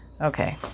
Okay